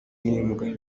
n’imbwa